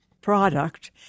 product